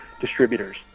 distributors